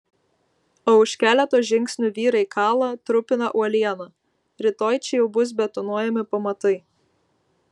o už keleto žingsnių vyrai kala trupina uolieną rytoj čia jau bus betonuojami pamatai